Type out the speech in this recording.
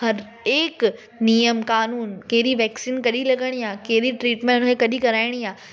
हर हिकु नेमु कानून केड़ी वैक्सीन कॾहिं लॻाणी आहे कहिड़ी ट्रीट्मेंट हुन खे कॾहिं कराइणी आहे